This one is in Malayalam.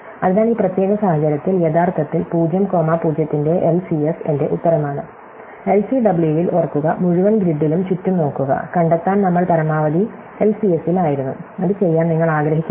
അതിനാൽ ഈ പ്രത്യേക സാഹചര്യത്തിൽ യഥാർത്ഥത്തിൽ 0 കോമ 0 ന്റെ എൽസിഎസ് എന്റെ ഉത്തരമാണ് എൽസിഡബ്ല്യുവിൽ ഓർക്കുക മുഴുവൻ ഗ്രിഡിലും ചുറ്റും നോക്കുക കണ്ടെത്താൻ നമ്മൾ പരമാവധി എൽസിഎസിലായിരുന്നു അത് ചെയ്യാൻ നിങ്ങൾ ആഗ്രഹിക്കുന്നില്ല